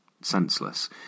senseless